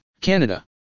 canada